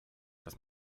dass